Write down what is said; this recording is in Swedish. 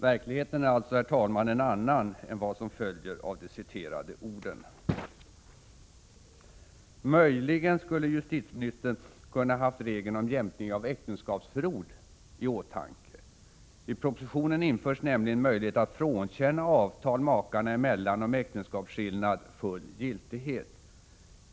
Verkligheten är alltså, herr talman, en annan än vad som följer av de citerade orden. Möjligen skulle jusititieministern kunna ha haft regeln om jämkning av äktenskapsförord i åtanke. I propositionen införs nämligen en möjlighet att frånkänna avtal makarna emellan om egendomsskillnad full giltighet.